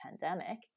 pandemic